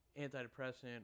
antidepressant